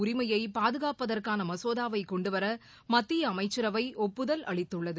உரிமையபாதுகாப்பதற்கானமசோதாவைகொண்டுவரமத்தியஅமைச்சரவைஒப்புதல் அளித்துள்ளது